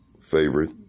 favorite